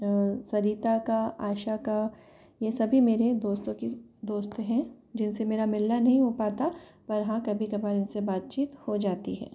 सरीता का आशा का यह सभी मेरे दोस्तों की दोस्त हैं जिनसे मेरा मिलना नहीं हो पाता और हाँ कभी कभार इनसे बातचीत हो जाती है